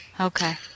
Okay